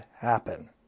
happen